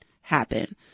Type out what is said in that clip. happen